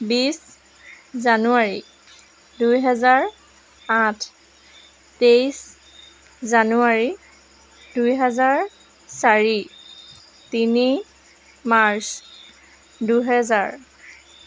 বিছ জানুৱাৰী দুহেজাৰ আঠ তেইছ জানুৱাৰী দুহেজাৰ চাৰি তিনি মাৰ্চ দুহেজাৰ